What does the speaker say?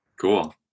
cool